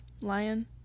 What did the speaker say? Lion